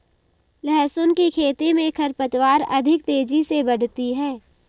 लहसुन की खेती मे खरपतवार अधिक तेजी से बढ़ती है